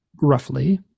roughly